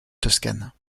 toscane